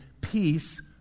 peace